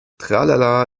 tralala